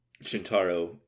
Shintaro